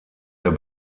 der